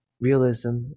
realism